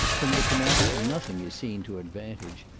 from the canal nothing is seen to advantage,